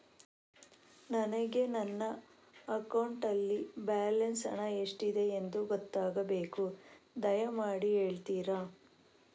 ನನಗೆ ನನ್ನ ಅಕೌಂಟಲ್ಲಿ ಬ್ಯಾಲೆನ್ಸ್ ಹಣ ಎಷ್ಟಿದೆ ಎಂದು ಗೊತ್ತಾಗಬೇಕು, ದಯಮಾಡಿ ಹೇಳ್ತಿರಾ?